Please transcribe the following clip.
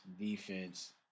defense